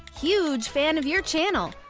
huge fan of your channel!